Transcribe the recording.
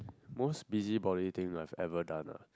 most busybody thing I've ever done ah